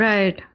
Right